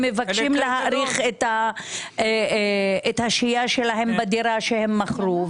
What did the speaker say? אז הם מבקשים להאריך את השהייה שלהם בדירה שהם מכרו.